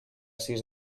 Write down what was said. sis